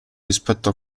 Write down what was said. rispetto